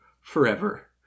forever